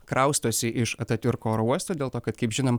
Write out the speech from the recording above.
kraustosi iš atatiurko oro uosto dėl to kad kaip žinom